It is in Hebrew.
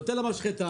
נותן למשחטה,